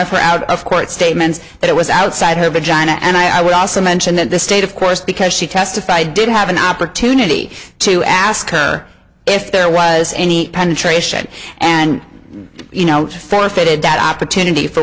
of her out of court statements that it was outside her vagina and i would also mention that the state of course because she testified did have an opportunity to ask her if there was any penetration and you know forfeited that opportunity for